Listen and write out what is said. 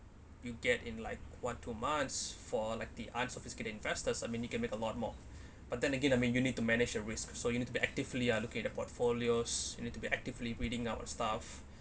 you get in like one two months for like the unsophisticated investors I mean you can make a lot more but then again I mean you need to manage your risk so you need to be actively allocated portfolios you need to be actively reading up a stuff